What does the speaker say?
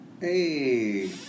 Hey